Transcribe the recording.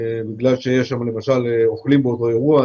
למשל אוכלים באותו אירוע,